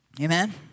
Amen